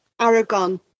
Aragon